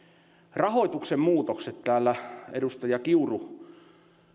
rahoituksen muutokset täällä edustaja kiuru